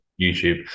YouTube